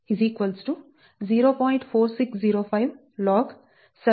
4605 log7